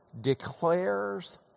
declares